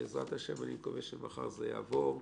בעזרת השם, אני מקווה שמחר זה יעבור.